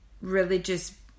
religious